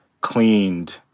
cleaned